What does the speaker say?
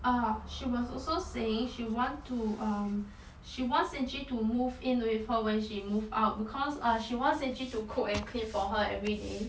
oh she was also saying she want to um she wants cyngie to move in with her when she move out because uh she wants cyngie to cook and clean for her everyday